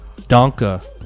Donka